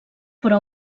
però